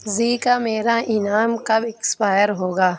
زی کا میرا انعام کب ایکسپائر ہوگا